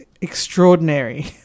extraordinary